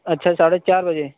اچھا ساڑھے چار بجے